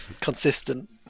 consistent